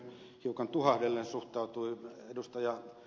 ministeri pekkarinen hiukan tuhahdellen suhtautui ed